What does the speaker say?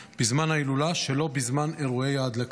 בזמן ההילולה שלא בזמן אירועי ההדלקה.